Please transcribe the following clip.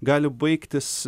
gali baigtis